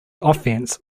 offense